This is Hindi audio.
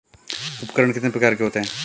उपकरण कितने प्रकार के होते हैं?